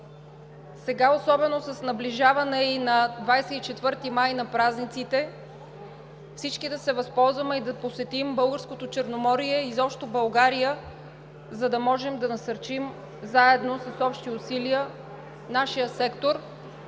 сега, особено с наближаване и на 24 май, на празниците, всички да се възползваме и да посетим Българското Черноморие, изобщо България, за да можем да насърчим заедно с общи усилия нашия сектор